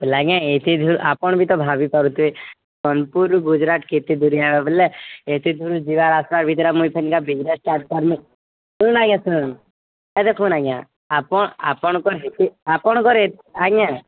ଆଜ୍ଞା ଏତେ ଆପଣ ବି ତ ଭାବିପାରୁଥିବେ ସୋନପୁର ଗୁଜୁରାଟ କେତେ ଦୁରିଆ ବଲେ ଏତିକି ଦୂର ଯିବା ଆସିବା ଭିତରେ ବିଜନେସ୍ ଷ୍ଟାର୍ଟ କରିବୁ ଶୁଣ ଆଜ୍ଞା ଶୁନୁ ଦେଖୁନ୍ ଆଜ୍ଞା ଆପଣ ଆପଣ ଆପଣଙ୍କର ଏତେ ଆଜ୍ଞା